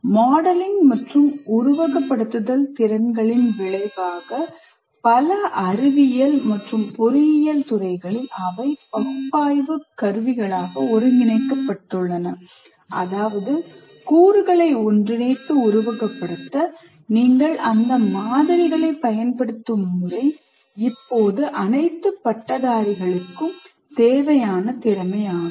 modelling மற்றும் உருவகப்படுத்துதல் திறன்களின் விளைவாக பல அறிவியல் மற்றும் பொறியியல் துறைகளில் அவை பகுப்பாய்வு கருவிகளாக ஒருங்கிணைக்கப்பட்டுள்ளன அதாவது கூறுகளை ஒன்றிணைத்து உருவகப்படுத்த நீங்கள் அந்த மாதிரிகளைப் பயன்படுத்தும் முறை இப்போது அனைத்து பட்டதாரிகளுக்கும் தேவையான திறமையாகும்